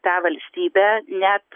tą valstybę net